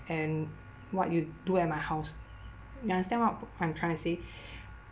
and what you do at my house you understand what I'm trying to say